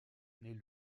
naît